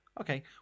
okay